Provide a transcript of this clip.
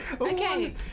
Okay